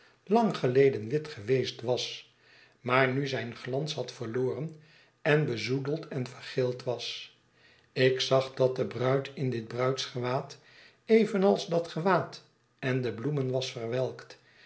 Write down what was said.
lang geleden wit geweest was maar nu zijn gians had verloren en bezoedeld en vergeeld was ik zag datdebruid in dit bruidsgewaad evenals dat gewaad en de bloemen was verwelkt